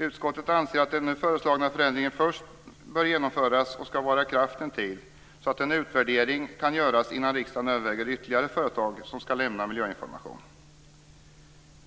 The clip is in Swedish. Utskottet anser att den föreslagna förändringen först bör genomföras och vara i kraft en tid så att en utvärdering kan göras innan riksdagen överväger om ytterligare företag skall lämna miljöinformation.